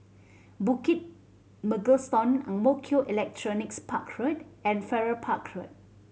Bukit Mugliston Ang Mo Kio Electronics Park Road and Farrer Park Road